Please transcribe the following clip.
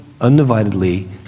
undividedly